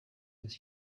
that